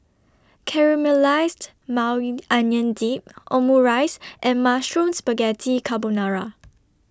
Caramelized Maui Onion Dip Omurice and Mushroom Spaghetti Carbonara